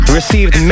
received